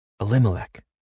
Elimelech